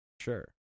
sure